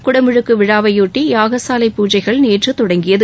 குடமுழுக்கு விழாவையொட்டி யாகசாலை பூஜைகள் நேற்று தொடங்கியது